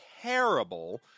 terrible